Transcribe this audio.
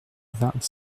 vingt